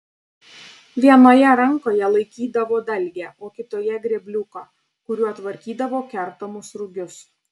vienoje rankoje laikydavo dalgę o kitoje grėbliuką kuriuo tvarkydavo kertamus rugius